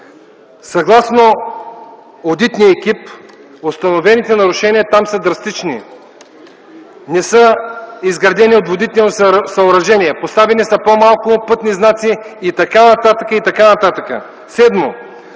Съгласно одитния екип установените нарушения там са драстични. Не са изградени отводнителни съоръжения, поставени са по-малко пътни знаци и т.н., и т.н. Седмо,